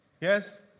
Yes